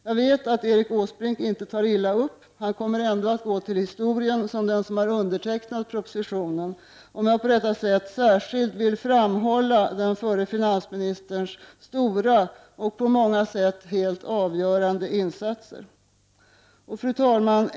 Jag vet att Erik Åsbrink inte tar illa upp — han kommer ändå att gå till historien som den som undertecknat propositionen — om jag på detta sätt särskilt vill framhålla den förre finansministerns stora och på många sätt helt avgörande insatser. Fru talman!